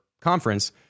conference